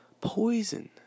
Poison